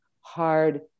hard